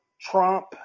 Trump